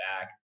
back